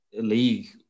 league